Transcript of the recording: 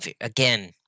again